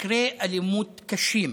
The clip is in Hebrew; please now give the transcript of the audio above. היו מקרי אלימות קשים.